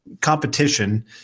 competition